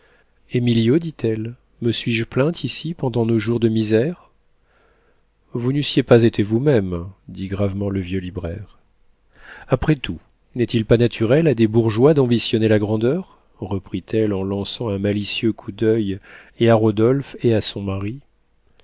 naples émilio dit-elle me suis-je plainte ici pendant nos jours de misère vous n'eussiez pas été vous-même dit gravement le vieux libraire après tout n'est-il pas naturel à des bourgeois d'ambitionner la grandeur reprit-elle en lançant un malicieux coup d'oeil et à rodolphe et à son mari